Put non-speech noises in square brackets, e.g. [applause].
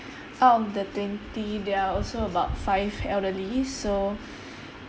out of the twenty there are also about five elderly so [breath]